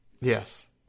Yes